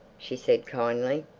she said kindly.